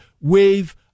wave